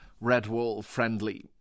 red-wall-friendly